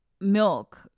milk